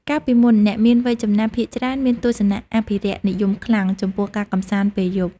កាលពីមុន អ្នកមានវ័យចំណាស់ភាគច្រើនមានទស្សនៈអភិរក្សនិយមខ្លាំងចំពោះការកម្សាន្តពេលយប់។